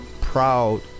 proud